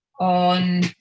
on